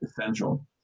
essential